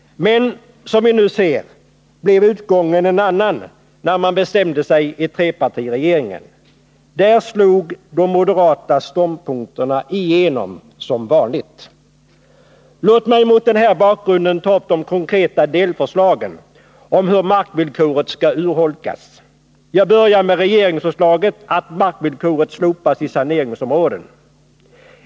Men, som vi nu ser, blev utgången en annan när man bestämde sig i trepartiregeringen. Där slog de moderata ståndpunkterna igenom — som vanligt. Låt mig mot den här bakgrunden ta upp de konkreta delförslagen om hur markvillkoret skall urholkas. Jag börjar med regeringsförslaget om att markvillkoret skall slopas i saneringsområden.